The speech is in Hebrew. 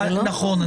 זה לא --- נכון,